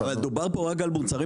מדובר פה רק על מוצרים